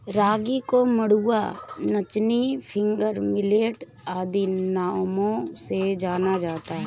रागी को मंडुआ नाचनी फिंगर मिलेट आदि नामों से जाना जाता है